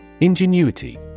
Ingenuity